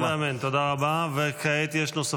ותתקיים בנו: "בְּהִתְהַלֶּכְךָ תנחה אֹתָךְ